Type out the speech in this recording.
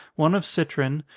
one of citron,